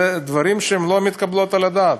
זה דברים שלא מתקבלים על הדעת.